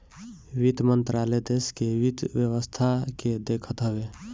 वित्त मंत्रालय देस के वित्त व्यवस्था के देखत हवे